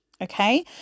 okay